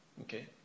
Okay